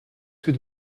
tout